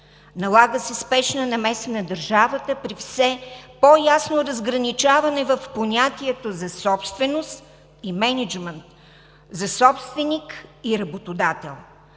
Налага се спешна намеса на държавата при все по-ясно разграничаване в понятието за собственост и мениджмънт, за собственик и работодател.